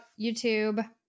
YouTube